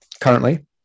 currently